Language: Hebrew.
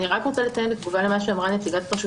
אני רוצה לציין בתגובה למה שאמרה נציגה לרשות